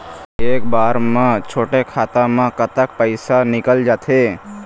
एक बार म छोटे खाता म कतक पैसा निकल जाथे?